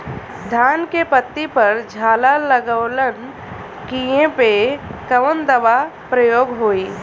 धान के पत्ती पर झाला लगववलन कियेपे कवन दवा प्रयोग होई?